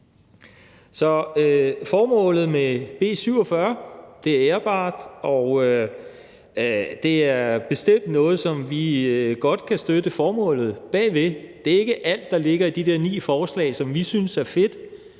Så formålet med B 47 er agtværdigt, og det er bestemt noget, som vi godt kan støtte formålet bag. Det er ikke alt, der ligger i de der ni forslag, som vi synes er fedt,